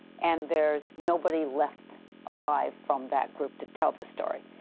and there is nobody left alive from that group to tell the story.